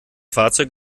fahrzeug